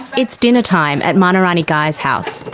it's dinner time at manorani guy's house.